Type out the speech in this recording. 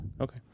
Okay